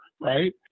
right